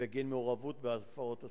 בגין מעורבות בהפרות הסדר,